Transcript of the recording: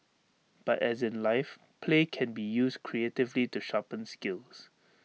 but as in life play can be used creatively to sharpen skills